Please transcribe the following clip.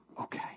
okay